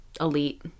elite